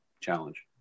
challenge